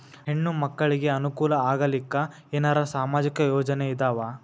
ಹೆಣ್ಣು ಮಕ್ಕಳಿಗೆ ಅನುಕೂಲ ಆಗಲಿಕ್ಕ ಏನರ ಸಾಮಾಜಿಕ ಯೋಜನೆ ಇದಾವ?